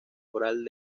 foral